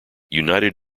united